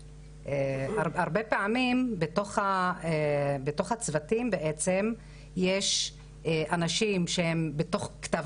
הרבה פעמים בתוך הצוותים יש אנשים שהם בתוך כתב